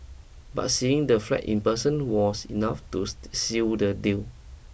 but seeing the flat in person was enough to seal the deal